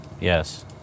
Yes